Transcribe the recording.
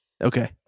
Okay